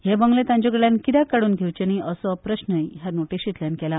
हे बंगले तांचे कडनल्यान कित्याक काडून घेवचे न्हय असो प्रस्न हे नोटीशींतल्यान केला